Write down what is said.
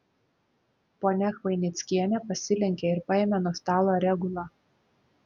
ponia chvainickienė pasilenkė ir paėmė nuo stalo regulą